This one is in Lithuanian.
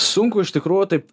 sunku iš tikrųjų taip